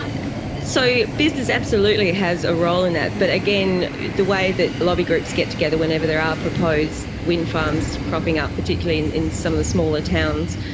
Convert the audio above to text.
so business, absolutely has a role in that. but again, the way that lobby groups get together whenever there are proposed windfarms cropping up, particularly in in some of the smaller towns,